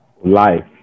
Life